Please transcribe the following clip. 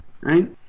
Right